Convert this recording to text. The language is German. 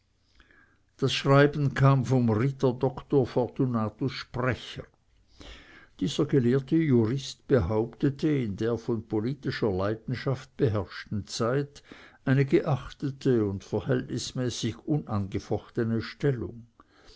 das schreiben kam vom ritter doktor fortunatus sprecher dieser gelehrte jurist behauptete in der von politischer leidenschaft beherrschten zeit eine geachtete und verhältnismäßig unangefochtene stellung